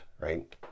right